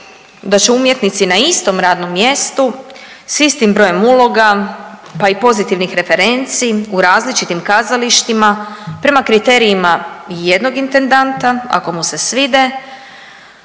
da će umjetnici na istom radnom mjestu sa istim brojem uloga, pa i pozitivnih referenci u različitim kazalištima prema kriterijima jednog intendanta ako mu se svide